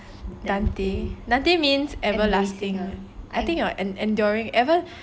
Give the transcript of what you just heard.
dante means everlasting ah I think or enduring ever~